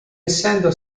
essendo